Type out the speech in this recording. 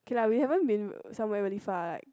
K lah we haven't been somewhere really far like